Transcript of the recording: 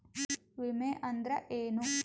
ವಿಮೆ ಅಂದ್ರೆ ಏನ?